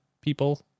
people